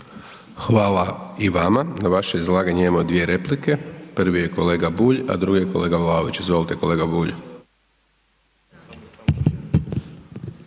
Hvala i vama. Na vaše izlaganje imamo dvije replike. Prvi je kolega Bulj, a drugi je kolega Vlaović. Izvolite kolega Bulj.